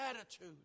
attitude